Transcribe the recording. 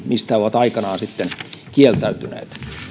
mistä he ovat aikanaan kieltäytyneet kun